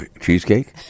cheesecake